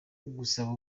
gusaba